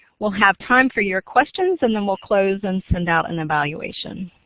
we'll have time for your questions and then we'll close and send out an evaluation.